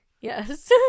Yes